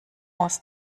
aus